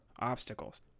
obstacles